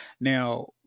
Now